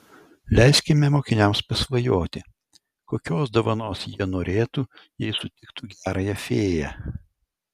leiskime mokiniams pasvajoti kokios dovanos jie norėtų jei sutiktų gerąją fėją